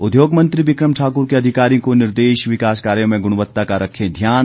उद्योग मंत्री बिक्रम ठाकुर के अधिकारियों को निर्देश विकास कार्यों में गुणवत्ता का रखें ध्यान